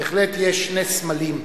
בהחלט יש שני סמלים,